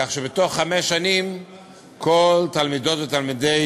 כך שבתוך חמש שנים כל תלמידות ותלמידי